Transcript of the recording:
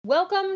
Welcome